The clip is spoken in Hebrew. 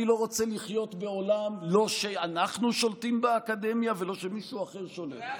אני לא רוצה לחיות בעולם לא שאנחנו שולטים באקדמיה ולא שמישהו אחר שולט.